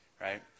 Right